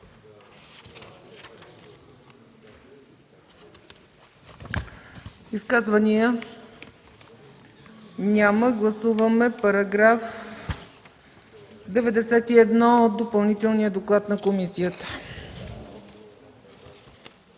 Изказвания? Няма. Гласуваме § 91 от Допълнителния доклад на комисията.